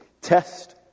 Test